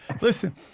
Listen